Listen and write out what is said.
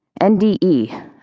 NDE